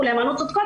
אמרנו: צודקות,